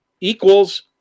equals